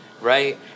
right